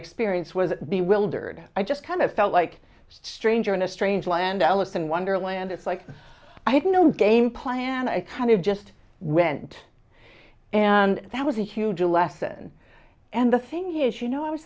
experience was the wilderness i just kind of felt like a stranger in a strange land alice in wonderland it's like i had no game plan i kind of just went and that was a huge lesson and the thing is you know i was